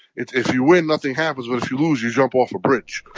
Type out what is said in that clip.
if if you win, nothing happens. but if you lose, you jump off a bridge.